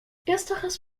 ersteres